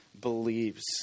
believes